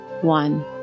one